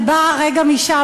אני באה הרגע משם,